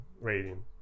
rating